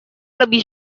lebih